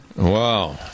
Wow